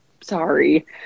Sorry